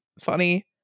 funny